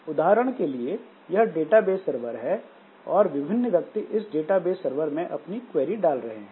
उदाहरण के लिए यह डेटाबेस सरवर है और विभिन्न व्यक्ति इस डेटाबेस सरवर में अपनी क्वेरी डाल रहे हैं